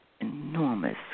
enormous